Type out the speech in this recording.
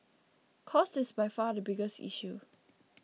cost is by far the biggest issue